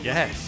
Yes